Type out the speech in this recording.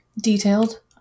Detailed